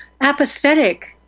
apathetic